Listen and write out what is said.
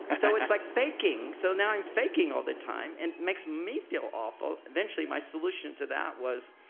and so it's like faking. so now i'm faking all the time and makes me feel awful. eventually my solution to that was,